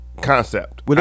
concept